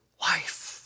life